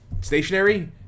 stationary